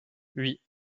oui